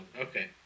Okay